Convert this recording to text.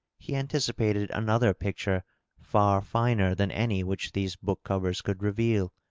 he anticipated another picture far finer than any which these book-covers could reveal.